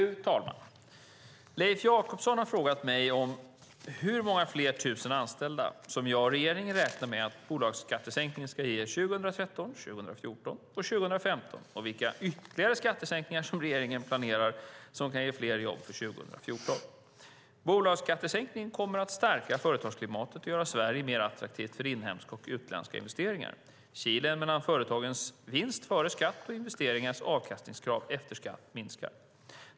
Fru talman! Leif Jakobsson har frågat mig om hur många fler tusen anställda som jag och regeringen räknar med att bolagsskattesänkningen ska ge 2013, 2014 och 2015 och vilka ytterligare skattesänkningar som regeringen planerar som kan ge fler jobb för 2014. Bolagsskattesänkningen kommer att stärka företagsklimatet och göra Sverige mer attraktivt för inhemska och utländska investeringar. Kilen mellan företagens vinst före skatt och investerarnas avkastningskrav efter skatt minskar.